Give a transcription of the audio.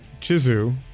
Chizu